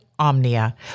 Omnia